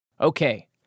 Okay